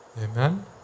Amen